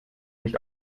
nicht